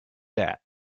that